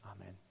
Amen